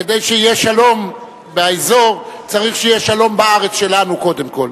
כדי שיהיה שלום באזור צריך שיהיה שלום בארץ שלנו קודם כול,